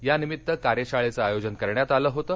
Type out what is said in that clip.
यानिमित्त कार्यशाळेचं आयोजन करण्यात आलं होतं